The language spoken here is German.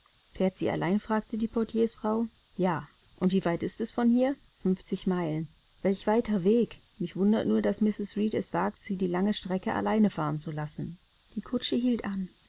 sie allein fragte die portiersfrau ja und wie weit ist es von hier fünfzig meilen welch weiter weg mich wundert es nur daß mrs reed es wagt sie die lange strecke allein fahren zu lassen die kutsche hielt an